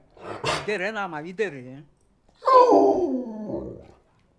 idhere na ma wo idhere